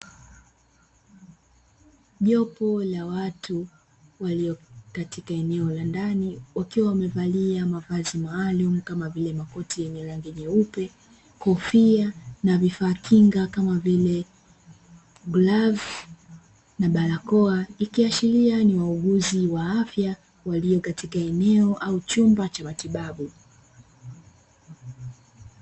Jopo la watu walio katika eneo la ndani wakiwa wamevalia mavazi maalum kama vile, makoti yenye rangi nyeupe kofia na vifaa kinga kama vile, glavu na barakoa ikiashiria ni wauguzi wa afya walio katika eneo au chumba cha matibabu.